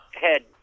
head